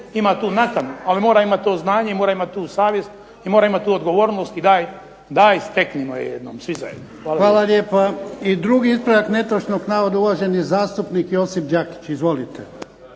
ima tu nakanu ali mora imati to znanje i mora imati tu savjest i mora imati tu odgovornost i daj steknimo je jednom svi zajedno. **Jarnjak, Ivan (HDZ)** Hvala lijepa. I drugi ispravak netočnog navoda uvaženi zastupnik Josip Đakić. Izvolite.